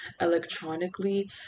electronically